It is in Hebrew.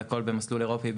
והכל במסלול אירופי,